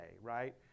right